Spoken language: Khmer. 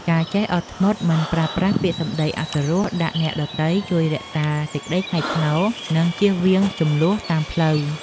ការចេះអត់ធ្មត់មិនប្រើប្រាស់ពាក្យសម្តីអសុរោះដាក់អ្នកដទៃជួយរក្សាសេចក្ដីថ្លៃថ្នូរ និងជៀសវាងជម្លោះតាមផ្លូវ។